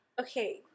Okay